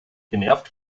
genervt